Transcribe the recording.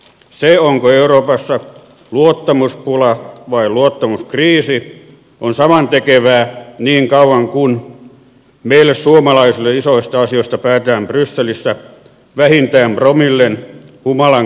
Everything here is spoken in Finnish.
se onko euroopassa luottamuspula vai luottamuskriisi on samantekevää niin kauan kuin meille suomalaisille isoista asioista päätetään brysselissä vähintään promillen humalan kaltaisessa tilassa